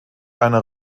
eine